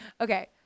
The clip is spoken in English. Okay